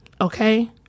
Okay